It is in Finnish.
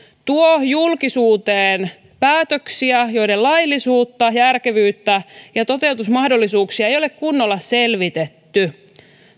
tuo julkisuuteen päätöksiä joiden laillisuutta järkevyyttä ja toteutusmahdollisuuksia ei ole kunnolla selvitetty